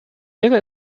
wäre